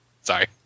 Sorry